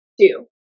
two